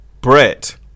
Brett